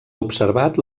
observat